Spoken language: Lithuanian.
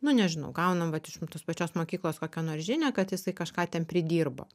nu nežinau gaunam vat iš tos pačios mokyklos kokią nors žinią kad jisai kažką ten pridirbo